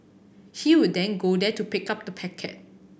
he would then go there to pick up the packet